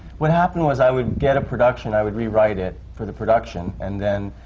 what happened was, i would get a production, i would rewrite it for the production. and then,